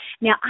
Now